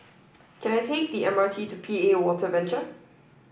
can I take the MRT to P A Water Venture